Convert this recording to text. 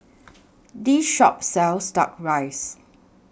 This Shop sells Duck Rice